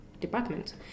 department